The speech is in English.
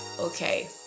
okay